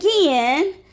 again